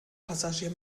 passagier